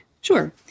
Sure